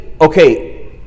okay